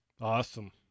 Awesome